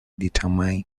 determine